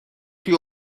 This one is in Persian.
توی